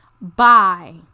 Bye